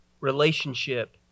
relationship